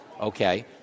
okay